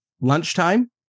lunchtime